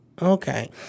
Okay